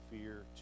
fear